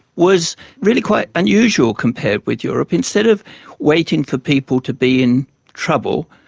was really quite unusual compared with europe. instead of waiting for people to be in trouble,